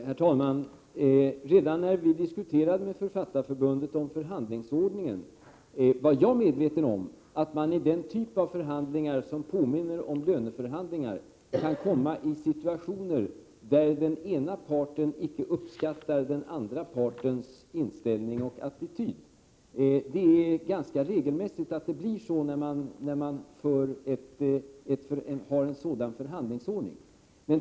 Herr talman! Redan vid diskussionen med Författarförbundet om förhandlingsordningen var jag medveten om att man i den typ av förhandlingar som påminner om löneförhandlingar kan komma i situationer där den ena parten icke uppskattar den andra partens inställning och attityd. Det blir regelmässigt så, med en sådan förhandlingsordning.